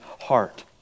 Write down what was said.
heart